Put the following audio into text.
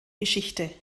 geschichte